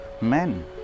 men